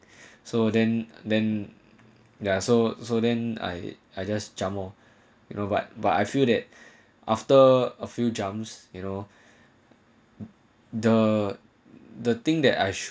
so then then ya so so then I I just jump loh you know but but I feel that after a few jumps you know the the thing that I